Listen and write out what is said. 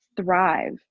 thrive